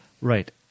Right